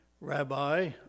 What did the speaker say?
Rabbi